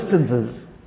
distances